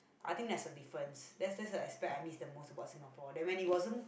I think there's a difference that's that's the aspect I miss the most about Singapore that when it wasn't